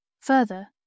Further